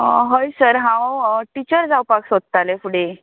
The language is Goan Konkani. हय सर हांव टिचर जावपाक सोदतालें फुडें